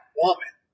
woman